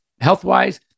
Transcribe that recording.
health-wise